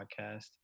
podcast